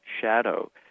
shadow